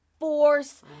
Force